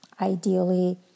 Ideally